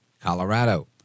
Colorado